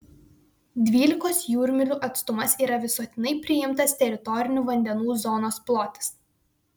dvylikos jūrmylių atstumas yra visuotinai priimtas teritorinių vandenų zonos plotis